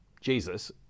Jesus